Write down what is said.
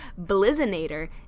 Blizzinator